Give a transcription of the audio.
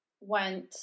went